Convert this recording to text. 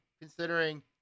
considering